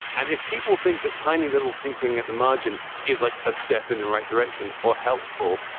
and if people think that tiny little tinkering at the margin is like a step in the right direction or helpful,